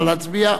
נא להצביע.